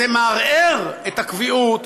זה מערער את הקביעות,